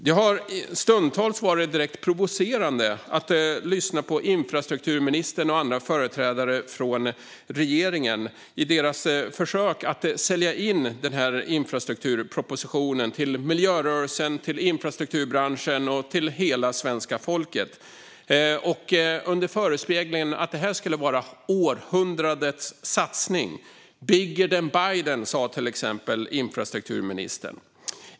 Det har stundtals varit direkt provocerande att lyssna på infrastrukturministerns och andra regeringsföreträdares försök att sälja in den här infrastrukturpropositionen till infrastrukturbranschen, miljörörelsen och hela svenska folket under förespeglingen att det här är århundrandets satsning. "Bigger than Biden", sa till exempel infrastrukturministern.